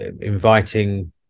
inviting